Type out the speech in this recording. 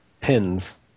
Pins